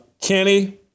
Kenny